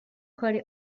کاری